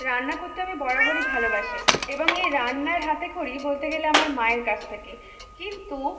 রান্না করতে আমি বরাবরই ভালোবাসি এবং এই রান্নার হাতেখড়ি বলতে গেলে আমার মায়ের কাছ থেকে কিন্তু